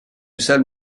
salle